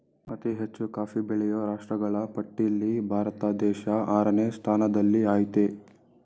ಅತಿ ಹೆಚ್ಚು ಕಾಫಿ ಬೆಳೆಯೋ ರಾಷ್ಟ್ರಗಳ ಪಟ್ಟಿಲ್ಲಿ ಭಾರತ ದೇಶ ಆರನೇ ಸ್ಥಾನದಲ್ಲಿಆಯ್ತೆ